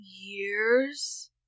years